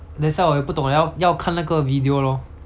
等一下我也不懂要要看那个 video lor